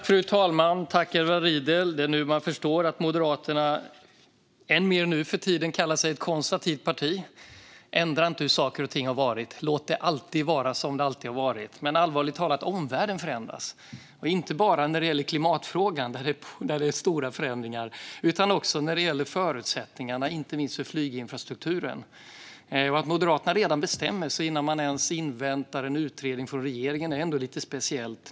Fru talman! Tack, Edward Riedl - det är nu man förstår att Moderaterna, än mer nu för tiden, kallar sig ett konservativt parti. Ändra inte hur saker och ting har varit! Låt allt vara som det alltid har varit! Men allvarligt talat: Omvärlden förändras. Det gäller inte bara klimatfrågan, där det är stora förändringar, utan också förutsättningarna för inte minst flyginfrastrukturen. Att Moderaterna redan har bestämt sig utan att ens invänta en utredning från regeringen är ändå lite speciellt.